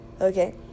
Okay